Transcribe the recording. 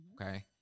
Okay